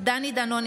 אינו נוכח דני דנון,